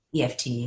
EFT